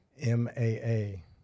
M-A-A